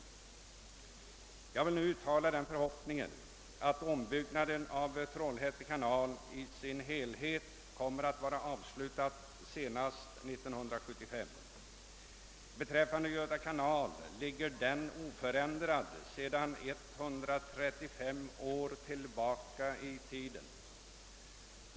Och jag vill nu uttala den förhoppningen, att ombyggnaden av Trollhätte kanal i sin helhet kommer att vara avslutad senast 1975. Göta kanal ligger oförändrad sedan 135 år.